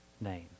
name